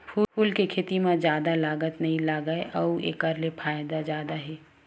फूल के खेती म जादा लागत नइ लागय अउ एखर ले फायदा जादा हे